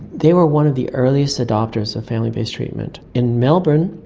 they were one of the earliest adopters of family based treatment. in melbourne,